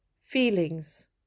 Feelings